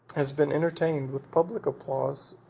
has been entertained, with public applause,